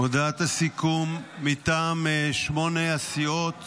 הודעת הסיכום מטעם שמונה הסיעות